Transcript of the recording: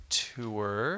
tour